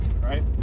right